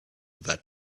that